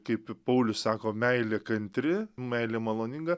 kaip paulius sako meilė kantri meilė maloninga